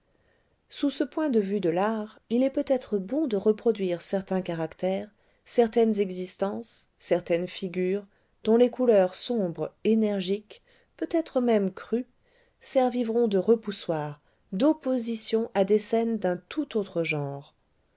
sous ce point de vue de l'art il est peut-être bon de reproduire certains caractères certaines existences certaines figures dont les couleurs sombre énergiques peut-être même crues serviront de repoussoir d'opposition à des scènes d'un tout autre genre